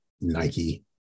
nike